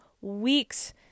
week's